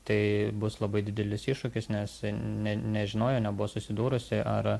tai bus labai didelis iššūkis nes ne nežinojo nebuvo susidūrusi ar